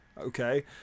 Okay